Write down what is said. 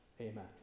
Amen